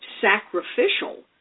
sacrificial